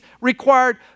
required